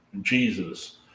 jesus